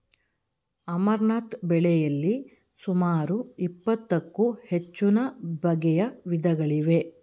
amaranth ಬೆಳೆಯಲಿ ಸುಮಾರು ಇಪ್ಪತ್ತಕ್ಕೂ ಹೆಚ್ಚುನ ಬಗೆಯ ವಿಧಗಳಿವೆ